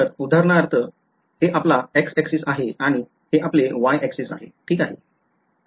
तर उदाहरणार्थ हे आपला x axis आहे आणि हे आपले y axis ठीक आहे